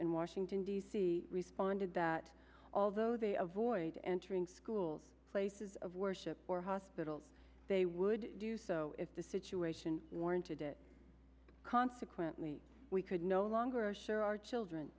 in washington d c responded that although they avoid entering schools places of worship or hospital they would do so if the situation warranted it consequently we could no longer assure our children